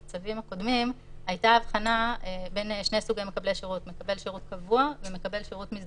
בצווים הקודמים הייתה אבחנה בין שני סוגי מקבלי שירות: מקבל שירות קבוע,